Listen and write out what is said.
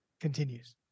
continues